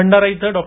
भंडारा इथं डॉ